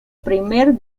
primer